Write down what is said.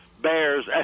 Bears